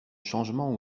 changement